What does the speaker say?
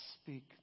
speak